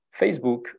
Facebook